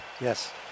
Yes